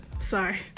Sorry